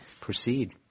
proceed